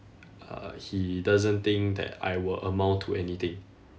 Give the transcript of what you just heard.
uh he doesn't think that I will amount to anything